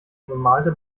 bemalte